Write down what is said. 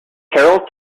carroll